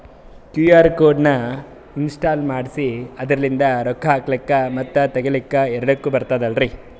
QR code ನ install ಮಾಡೆಸಿ ಅದರ್ಲಿಂದ ರೊಕ್ಕ ಹಾಕ್ಲಕ್ಕ ಮತ್ತ ತಗಿಲಕ ಎರಡುಕ್ಕು ಬರ್ತದಲ್ರಿ?